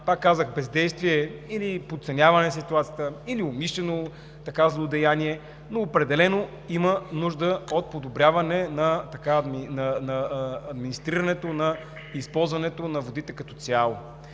пак казвам, бездействие или подценяване на ситуацията, или умишлено злодеяние, но определено има нужда от подобряване на администрирането, на използването на водите като цяло.